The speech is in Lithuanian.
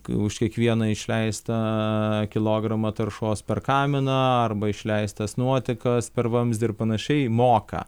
kai už kiekvieną išleistą kilogramą taršos per kaminą arba išleistas nuotekas per vamzdį ir panašiai moka